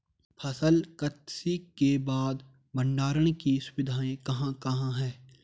फसल कत्सी के बाद भंडारण की सुविधाएं कहाँ कहाँ हैं?